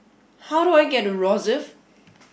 how do I get to Rosyth